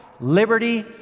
liberty